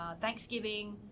Thanksgiving